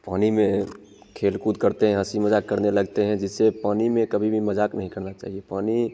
पानी में खेल कूद करते है हँसी मजाक करने लगते हैं जिससे पानी में कभी भी मजाक नहीं करना चाहिए पानी